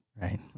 Right